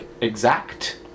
exact